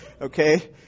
Okay